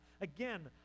Again